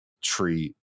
treat